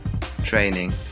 training